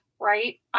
right